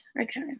Okay